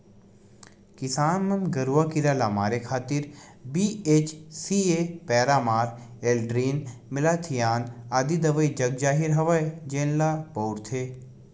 किसान मन गरूआ कीरा ल मारे खातिर बी.एच.सी.ए पैरामार, एल्ड्रीन, मेलाथियान आदि दवई जगजाहिर हवय जेन ल बउरथे